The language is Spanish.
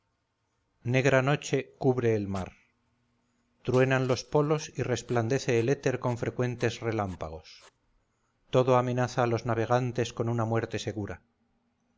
negra noche cubre el mar truenan los polos y resplandece el éter con frecuentes relámpagos todo amenaza a los navegantes con una muerte segura